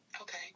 Okay